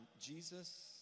Jesus